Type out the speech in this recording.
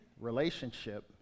relationship